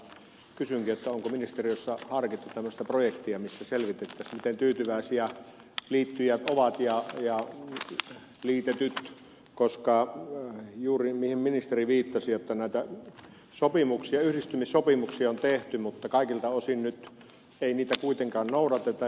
kysynkin onko ministeriössä harkittu tämmöistä projektia missä selvitettäisiin miten tyytyväisiä liittyjät ja liitetyt ovat koska kuten ministeri viittasi näitä yhdistymissopimuksia on tehty mutta kaikilta osin nyt ei niitä kuitenkaan noudateta